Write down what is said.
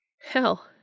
Hell